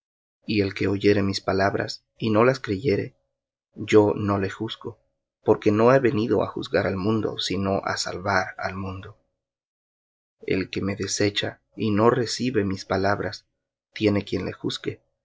y el que oyere mis palabras y no las creyere yo no le juzgo porque no he venido á juzgar al mundo sino á salvar al mundo el que me desecha y no recibe mis palabras tiene quien le juzgue